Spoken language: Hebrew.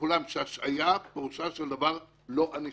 לכולם שהשעיה, פירושו של דבר לא ענישה.